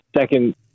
second